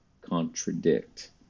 contradict